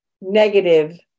negative